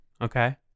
Okay